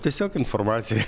tiesiog informacija